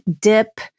dip